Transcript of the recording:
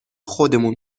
خودمون